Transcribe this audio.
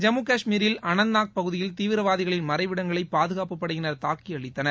ஜம்மு காஷ்மீரில் அனந்தநாக் பகுதியில் தீவிரவாதிகளின் மறைவிடங்களை பாதுகாப்பு படையினர் தாக்கி அழித்தனர்